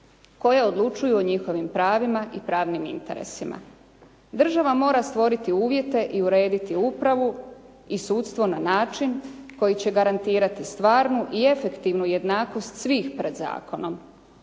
koje odlučuju o njihovim pravima i pravnim interesima. Država mora stvoriti uvjete i urediti upravu i sudstvo na način koji će garantirati stvarnu i efektivnu jednakost svih pred zakonom.